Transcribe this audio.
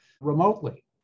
remotely